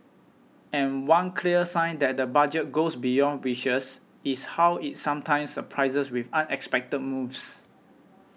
and one clear sign that the Budget goes beyond wishes is how it sometimes surprises with unexpected moves